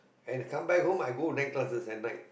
and come back home I go night classes at night